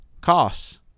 costs